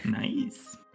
Nice